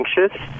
anxious